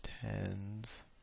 Tens